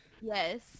Yes